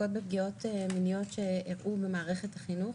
עוסקות בפגיעות מיניות במערכת החינוך.